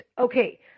Okay